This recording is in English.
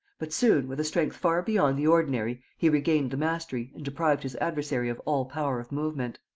but soon, with a strength far beyond the ordinary, he regained the mastery and deprived his adversary of all power of movement.